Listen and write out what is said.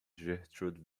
gertrude